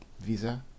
visa